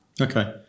Okay